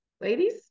ladies